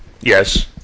Yes